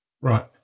Right